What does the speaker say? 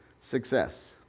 success